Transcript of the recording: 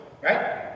right